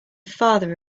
father